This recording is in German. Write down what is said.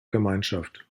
gemeinschaft